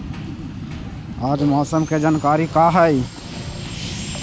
आज मौसम के जानकारी का हई?